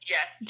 Yes